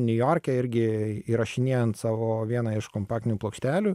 niujorke irgi įrašinėjant savo vieną iš kompaktinių plokštelių